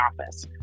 office